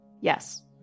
Yes